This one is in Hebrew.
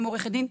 גם עורכת דין,